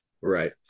Right